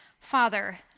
Father